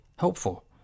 Helpful